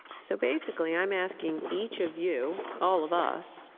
so basically i am asking each of you, all of us,